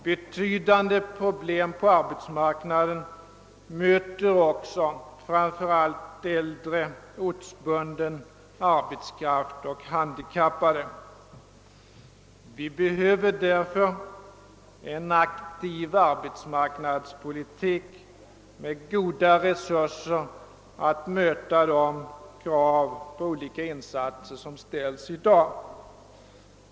Betydande problem på arbetsmarknaden möter framför allt äldre ortsbunden arbetskraft och handikappade. Vi behöver därför en aktiv arbetsmarknadspolitik med goda resurser att möta de krav på olika insatser som ställs i dag.